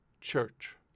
church